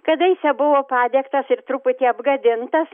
kadaise buvo padegtas ir truputį apgadintas